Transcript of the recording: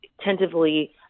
tentatively